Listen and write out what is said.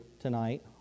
tonight